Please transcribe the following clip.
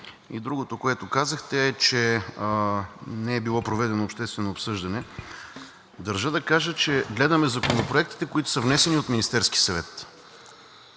другото, което казахте, е, че не е било проведено обществено обсъждане. Държа да кажа, че гледаме законопроектите, които са внесени от Министерския съвет.